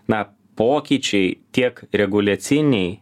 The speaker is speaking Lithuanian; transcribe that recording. na pokyčiai tiek reguliaciniai